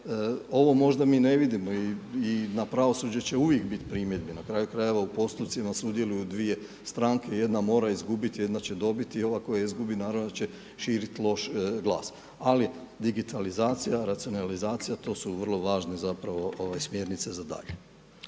ovo možda mi ne vidimo i na pravosuđe će uvijek biti primjedbi. Na kraju krajeva u postupcima sudjeluju dvije stranke jedna mora izgubiti, jedna će dobiti. Ova koja izgubi naravno da će širit loš glas. Ali digitalizacija, racionalizacija to su vrlo važne zapravo smjernice za dalje.